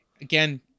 again